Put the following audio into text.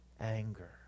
anger